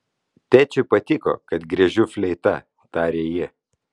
tėčiui patiko kad griežiu fleita tarė ji